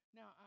Now